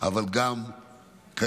אבל גם קדימה.